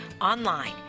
online